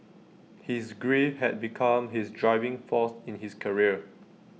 his grief had become his driving force in his career